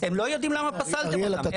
הם לא יודעים למה פסלתם אותם.